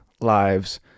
lives